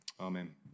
amen